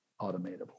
automatable